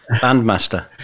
bandmaster